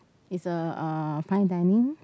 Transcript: it's a uh fine dining